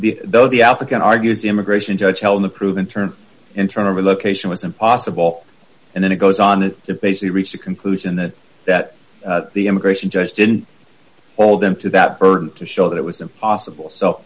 the though the applicant argues immigration judge held the proven through internal relocation was impossible and then it goes on to basically reach the conclusion that that the immigration judge didn't hold them to that burden to show that it was impossible so